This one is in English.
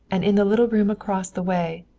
and in the little room across the way,